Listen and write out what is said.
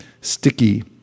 sticky